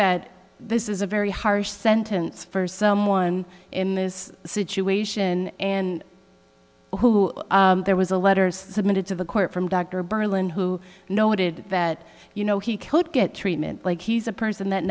that this is a very harsh sentence for someone in this situation and who there was a letter submitted to the court from dr berlin who noted that you know he could get treatment like he's a person that